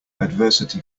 adversity